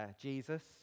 Jesus